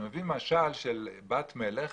הוא מביא משל של בת מלך